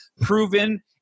proven